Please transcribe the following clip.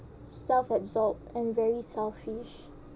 self-absorbed and very selfish